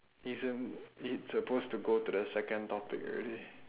isn't it supposed to go to the second topic already